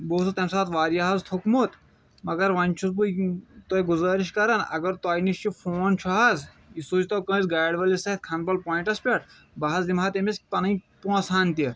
بہٕ اوسُس تمہِ ساتہٕ واریاہ حظ تھوٚکمُت مگر وۄنۍ چھُس بہٕ تۄہہِ گُزٲرِش کَران اَگر تۄہہِ نِش یہِ فون چھُ حظ یہِ سوزۍ تو کٲنٛسہِ گاڑِ وٲلِس اَتھِ کھنبَل پوینٹَس پٮ۪ٹھ بہٕ حظ دِمہٕ ہا تٔمِس پنٕنۍ پونٛسہٕ ہَن تہِ